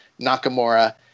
Nakamura